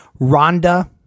Rhonda